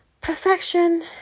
perfection